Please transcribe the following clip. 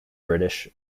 british